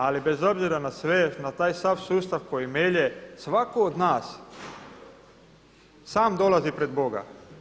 Ali bez obzira na sve, na taj sav sustav koji melje svatko od nas sam dolazi pred Boga.